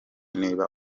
niba